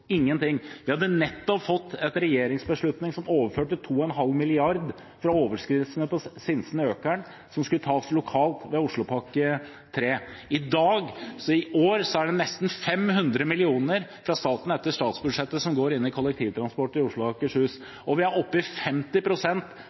ingenting! Vi hadde nettopp fått en regjeringsbeslutning som overførte 2,5 mrd. kr for overskridelsene på Sinsen–Økern, som skulle tas lokalt med Oslopakke 3. I år er det nesten 500 mill. kr fra staten – i statsbudsjettet – som går til kollektivtransport i Oslo og Akershus. Og vi er